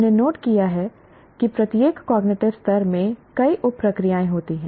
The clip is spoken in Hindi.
हमने नोट किया कि प्रत्येक कॉग्निटिव स्तर में कई उप प्रक्रियाएँ होती हैं